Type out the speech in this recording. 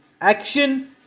action